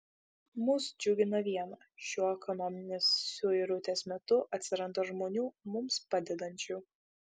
mus džiugina viena šiuo ekonominės suirutės metu atsiranda žmonių mums padedančių